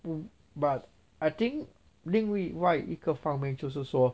um but I think 另外一个方面就是说